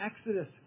Exodus